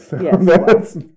Yes